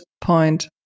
point